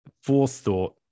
forethought